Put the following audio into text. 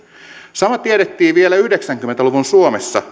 sama tiedettiin vielä yhdeksänkymmentä luvun suomessa